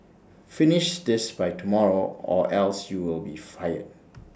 finish this by tomorrow or else you'll be fired